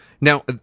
Now